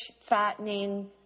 fattening